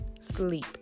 sleep